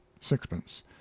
sixpence